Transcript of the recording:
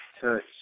touch